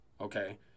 okay